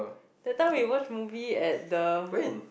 that time we watch movie at the